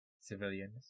civilians